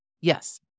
Yes